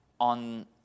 on